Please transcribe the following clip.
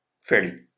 fairly